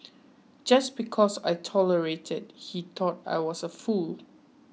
just because I tolerated he thought I was a fool